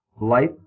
Life